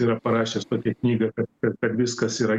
yra parašęs tokią knygą kad per per viskas yra